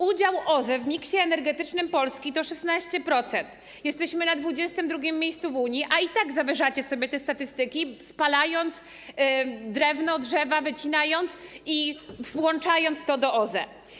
Udział OZE w miksie energetycznym Polski to 16%, jesteśmy na 22. miejscu w Unii, a i tak zawyżacie sobie te statystyki, spalając drewno, wycinając drzewa i włączając to do OZE.